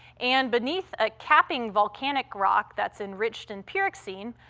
and beneath a capping volcanic rock that's enriched in pyroxene,